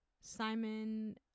Simon